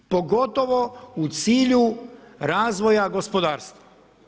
Pogotovo u cilju razvoja gospodarstva.